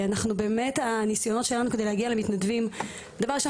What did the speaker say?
הניסיונות שלנו להגיע למתנדבים --- דבר ראשון,